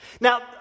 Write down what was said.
Now